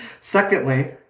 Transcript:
Secondly